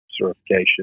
certification